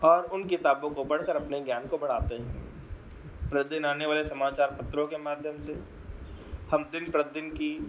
और उन किताबों को पढ़कर अपने ज्ञान को बढ़ाते हैं प्रतिदिन आने वाले समाचार पत्रों के माध्यम से हम दिन प्रतदिन की